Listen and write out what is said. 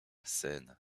seine